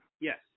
Yes